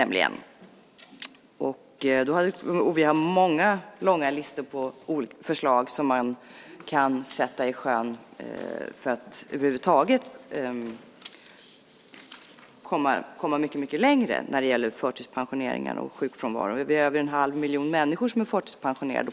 Vi har många långa listor med förslag till åtgärder som kan sättas i sjön för att över huvud taget komma mycket längre när det gäller förtidspensioneringarna och sjukfrånvaron. Vi behöver den halva miljon människor som nu är förtidspensionerade.